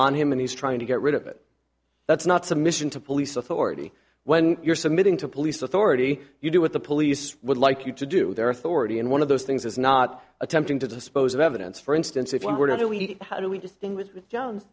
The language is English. on him and he's trying to get rid of it that's not submission to police authority when you're submitting to police authority you do what the police would like you to do with their authority and one of those things is not attempting to dispose of evidence for instance if i were to do we how do we distinguish jones